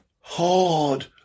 hard